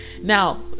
Now